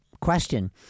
question –